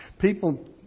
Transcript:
People